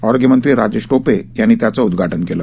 आरोग्यमंत्री राजेश टोपे यांनी त्याचं उदघाटन केलं